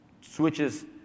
switches